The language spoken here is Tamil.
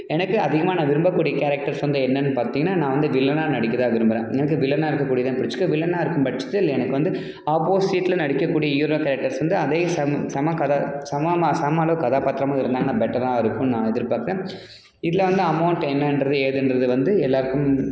எனக்கு அதிகமாக நான் விரும்பக்கூடிய கேரக்டர்ஸ் வந்து என்னென்னு பார்த்தீங்கன்னா நான் வந்து வில்லனா நடிக்க தான் விரும்புகிறேன் எனக்கு வில்லனா இருக்க போடி தான் பிடிச்சிருக்கு வில்லனா இருக்கும் பட்சத்தில் எனக்கு வந்து ஆப்போசிட்டில் நடிக்கக்கூடிய ஹீரோ கேரக்டர்ஸ் வந்து அதே சம சம கத சமமாக சம அளவு கதாபாத்திரமாக இருந்தாங்கன்னால் பெட்டரா இருக்குதுன்னு நான் எதிர்பார்க்கிறேன் இதில் வந்து அமௌண்ட் என்னென்றது ஏதுன்றது வந்து எல்லோருக்கும்